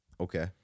Okay